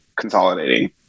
consolidating